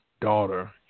daughter